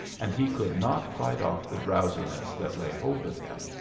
and he could not fight off the drowsiness that lay hold of him.